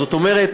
זאת אומרת,